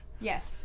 Yes